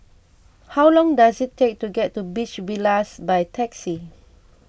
how long does it take to get to Beach Villas by taxi